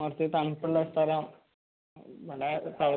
കുറച്ച് തണുപ്പുള്ള സ്ഥലം ഇവിടെ ത